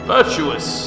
Virtuous